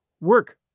work